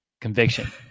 Conviction